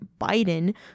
Biden